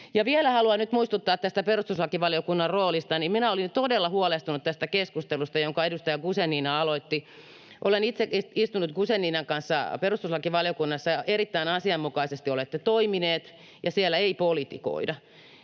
Vielä haluan nyt muistuttaa tästä perustuslakivaliokunnan roolista. Minä olin todella huolestunut tästä keskustelusta, jonka edustaja Guzenina aloitti. Olen itsekin istunut Guzeninan kanssa perustuslakivaliokunnassa, ja erittäin asianmukaisesti olette toimineet, ja siellä ei politikoida.